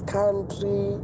country